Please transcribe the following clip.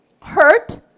hurt